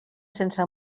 sense